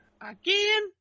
Again